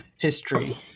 history